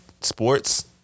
Sports